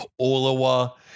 Olawa